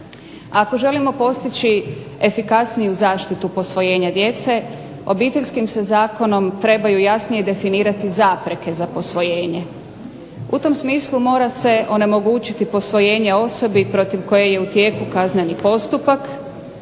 Ako želimo postići efikasniju zaštitu posvojenja djece Obiteljskim se zakonom trebaju jasnije definirati zapreke za posvojenje. U tom smislu mora se onemogućiti posvojenje osobe protiv koje je u tijeku kazneni postupak